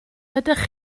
ydych